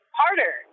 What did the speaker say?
harder